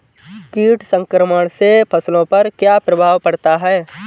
कीट संक्रमण से फसलों पर क्या प्रभाव पड़ता है?